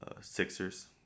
Sixers